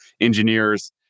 engineers